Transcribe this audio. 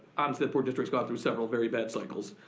honest that poor district's gone through several very bad cycles.